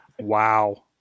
Wow